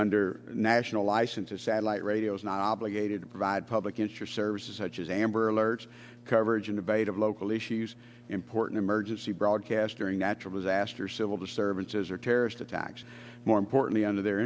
under national license a satellite radio is not obligated to provide public insure services such as amber alerts coverage and debate of local issues important to emergency broadcast during natural disasters civil disturbances or terrorist attacks more importantly under their